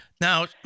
Now